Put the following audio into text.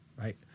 right